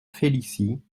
félicie